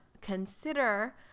consider